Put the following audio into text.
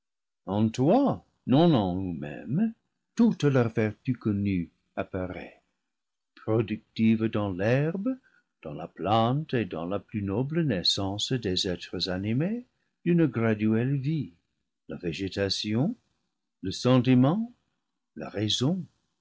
en loi non en eux-mêmes toute leur vertu connue apparaît productive dans l'herbe dans la plante et dans la plus noble naissance des êtres animés d'une gra duelle vie la végétation le sentiment la raison